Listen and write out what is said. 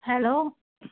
hello